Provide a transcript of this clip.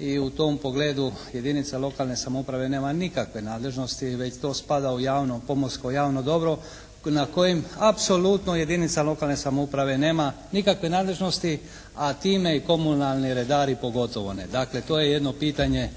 I u tom pogledu jedinica lokalne samouprave nema nikakve nadležnosti već to spada u pomorsko javno dobro na kojem apsolutno jedinica lokalne samouprave nema nikakve nadležnosti, a time i komunalni redari pogotovo ne. Dakle, to je jedno pitanje